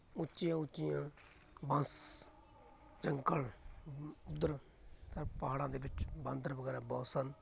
ਉੱਚੀਆਂ ਉੱਚੀਆਂ ਬਾਂਸ ਜੰਗਲ ਉੱਧਰ ਸਰ ਪਹਾੜਾਂ ਦੇ ਵਿੱਚ ਬਾਂਦਰ ਵਗੈਰਾ ਬਹੁਤ ਸਨ